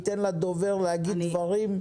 ניתן לדובר להגיד דברים,